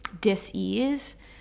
dis-ease